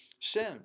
sin